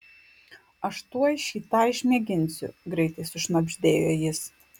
aš tuoj šį tą išmėginsiu greitai sušnabždėjo jis